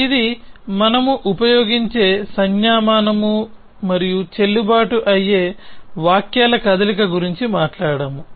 ఇది మనము ఉపయోగించే సంజ్ఞామానం మరియు చెల్లుబాటు అయ్యే వాక్యాల కదలిక గురించి మాట్లాడాము